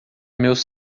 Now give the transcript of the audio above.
meus